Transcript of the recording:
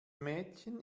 mädchen